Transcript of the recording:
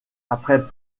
après